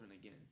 again